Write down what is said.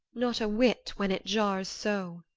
not a whit, when it jars so.